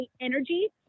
energy